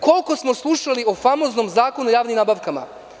Koliko smo slušali o famoznom Zakonu o javnim nabavkama?